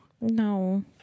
No